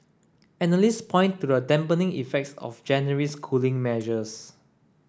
analysts point to the dampening effects of January's cooling measures